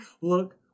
look